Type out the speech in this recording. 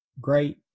great